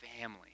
family